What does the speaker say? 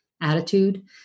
attitude